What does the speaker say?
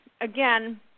Again